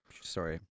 Sorry